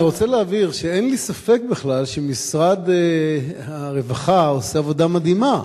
אני רוצה להבהיר שאין לי ספק בכלל שמשרד הרווחה עושה עבודה מדהימה,